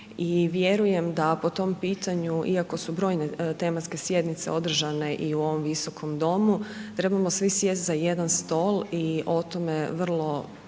i vjerujem da po tom pitanju iako su brojne tematske sjednice održane i u ovom visokom domu, trebamo svi sjest za jedan stol i o tome vrlo